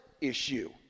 issue